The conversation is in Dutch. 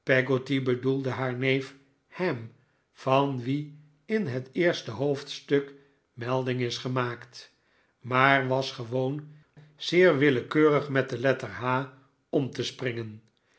bedoelde haar neef ham van wien in het eerste hoofdstuk melding is gemaakt maar was gewoon zeer willekeurig met de letter h om te springen